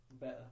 better